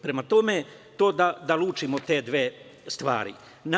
Prema tome, da lučimo te dve stvari.